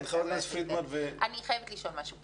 אני חייבת לשאול משהו,